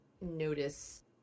notice